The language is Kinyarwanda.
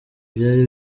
byari